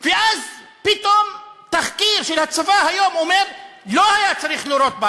ואז פתאום תחקיר של הצבא היום אומר שלא היה צריך לירות בה,